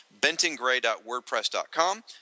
bentongray.wordpress.com